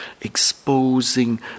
exposing